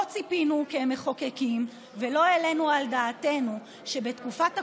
לא ציפינו כמחוקקים ולא העלינו על דעתנו שבתקופת הקורונה,